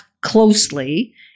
closely